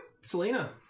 Selena